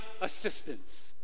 assistance